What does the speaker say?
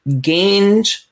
gained